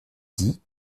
dit